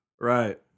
Right